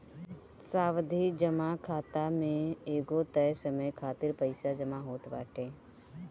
सावधि जमा खाता में एगो तय समय खातिर पईसा जमा होत बाटे